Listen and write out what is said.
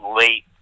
late